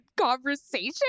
conversation